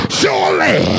surely